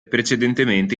precedentemente